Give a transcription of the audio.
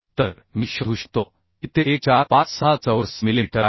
तर मी शोधू शकतो की ते 1 4 5 6 चौरस मिलिमीटर आहे